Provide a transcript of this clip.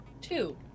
Two